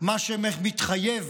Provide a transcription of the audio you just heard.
מה שמתחייב